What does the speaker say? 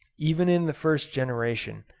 even in the first generation,